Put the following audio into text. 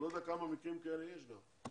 אני לא יודע כמה מקרים כאלה יש גם.